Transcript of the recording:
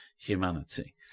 humanity